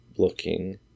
Looking